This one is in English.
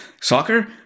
soccer